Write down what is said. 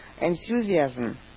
enthusiasm